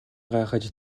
гайхаж